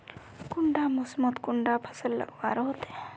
कुंडा मोसमोत कुंडा फसल लगवार होते?